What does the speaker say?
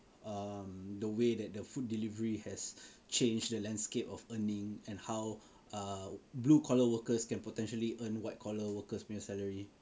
um the way that the food delivery has changed the landscape of earnings and how uh blue collar workers can potentially earn white collar workers punya salary